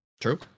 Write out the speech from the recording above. True